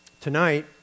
Tonight